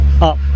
up